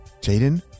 Jaden